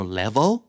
level